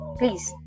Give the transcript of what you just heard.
please